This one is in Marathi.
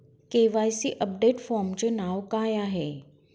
के.वाय.सी अपडेट फॉर्मचे नाव काय आहे?